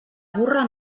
burra